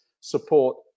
support